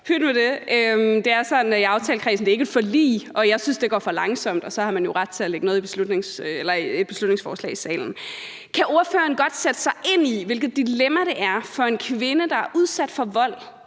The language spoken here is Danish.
at der i aftalekredsen er et forlig, og jeg synes, det går for langsomt, og så har man jo ret til at fremsætte et beslutningsforslag. Kan ordføreren godt sætte sig ind i, hvilket dilemma det er for en kvinde, der er udsat for vold